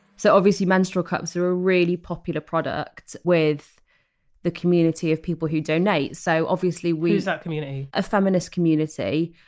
so obviously menstrual cups are a really popular product with the community of people who donate. so obviously we, who's that community? a feminist community,